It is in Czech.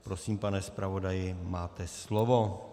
Prosím, pane zpravodaji, máte slovo.